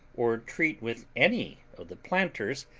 or treat with any of the planters,